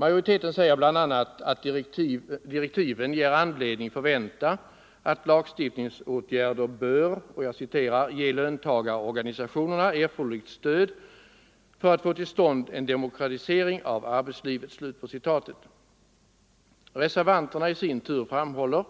Majoriteten säger bl.a. att direktiven ger anledning förvänta att lagstiftningsåtgärder bör ”ge löntagarorganisationerna erforderligt stöd för att få till stånd en demokratisering av arbetslivet”. Reservanterna i sin tur framhåller